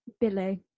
Billy